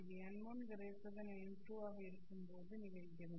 இது n1n2 இருக்கும்போது நிகழ்கிறது